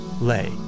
lay